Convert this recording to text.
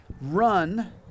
run